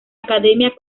academia